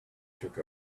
took